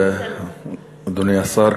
אדוני השר,